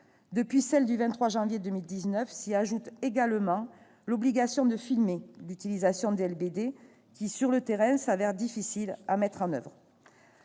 Depuis celle du 23 janvier 2019, s'y ajoute également l'obligation de filmer l'utilisation des LBD, obligation qui, sur le terrain, apparaît difficile à mettre en oeuvre.